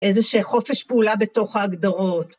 איזושה... חופש פעולה בתוך ההגדרות.